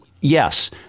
yes